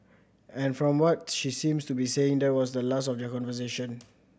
and from what she seems to be saying there was the last of their conversation